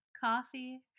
coffee